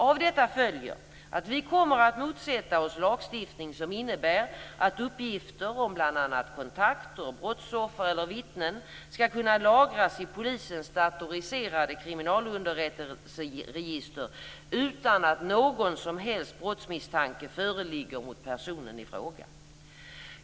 Av detta följer att vi kommer att motsätta oss lagstiftning som innebär att uppgifter om bl.a. kontakter, brottsoffer eller vittnen skall kunna lagras i polisens datoriserade kriminalunderrättelseregister utan att någon som helst brottsmisstanke föreligger mot personen i fråga.